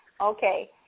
okay